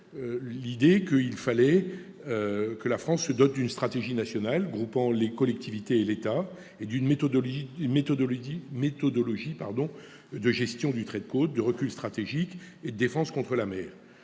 l'idée que la France devait se doter d'une stratégie nationale, réunissant les collectivités et l'État, et d'une méthodologie de gestion du trait de côte, de recul stratégique et de défense contre la mer.